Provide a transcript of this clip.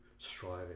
striving